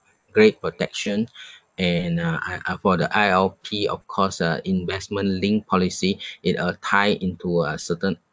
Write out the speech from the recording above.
great protection and uh I I for the I_L_P of course uh investment linked policy it uh tie into a certain